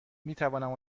میتوانم